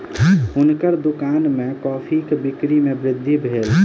हुनकर दुकान में कॉफ़ीक बिक्री में वृद्धि भेल